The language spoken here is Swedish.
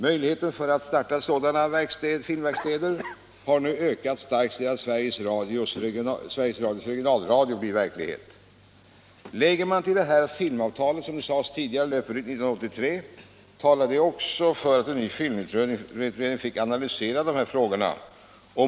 Möjligheterna att starta sådana filmverkstäder har nu ökat starkt sedan Sveriges Radios regionalradio blivit verklighet. Lägger man härtill att filmavtalet löper ut 1983, talar även detta för Nr 111 att en ny filmutredning fick analysera dessa frågor.